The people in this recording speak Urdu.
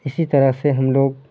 اسی طرح سے ہم لوگ